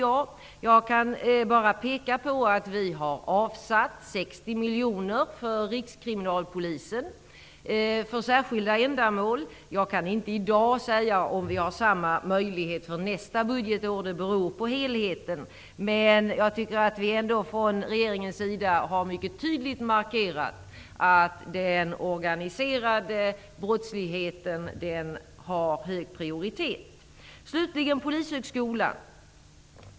Jag kan bara peka på att vi har avsatt 60 Rikskriminalpolisen. Jag kan inte i dag säga om vi har samma möjlighet nästa budgetår. Det beror på helheten. Vi har ändå från regeringens sida mycket tydligt markerat att den organiserade brottsligheten har hög prioritet. Jag skall till sist ta upp frågan om Polishögskolan.